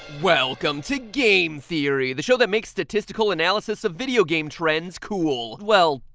welcome to game theory the show that makes statistical analysis of video game trends cool well.